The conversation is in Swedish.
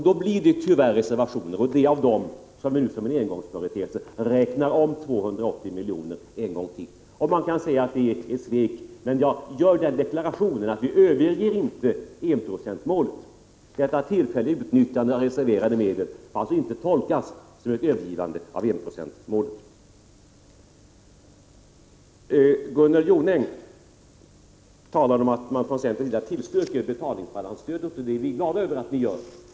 Då blir det tyvärr reservationer. Därför har vi nu som en engångsföreteelse räknat om 280 miljoner en gång till. Man kan säga att det är ett svek. Men jag gör den deklarationen att vi inte övergett enprocentsmålet. Detta tillfälliga utnyttjande av reserverade medel skall alltså inte tolkas som ett övergivande av enprocentsmålet. Gunnel Jonäng talade om att man från centern tillstyrker betalningsbalansstödet. Det är vi glada över att ni gör.